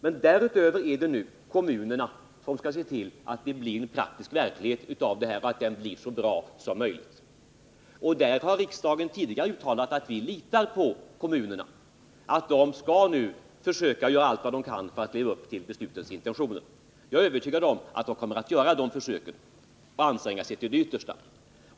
Men därutöver är det kommunerna som nu skall se till att det blir en praktisk verklighet av detta och att den blir så bra som möjligt. I det avseendet har riksdagen tidigare uttalat att vi Nr 117 litar på att kommunerna skall försöka göra allt vad de kan för att leva upp till Torsdagen den beslutensintentioner. Jag är övertygad om att de kommer att göra det och att 10 april 1980 de kommer att anstränga sig till det yttersta.